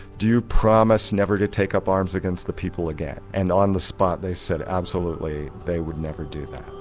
do you promise never to take up arms against the people again? and on the spot they said, absolutely, they would never do that.